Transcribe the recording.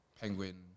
Penguin